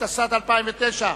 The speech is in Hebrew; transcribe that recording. התשס"ט 2009,